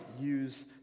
use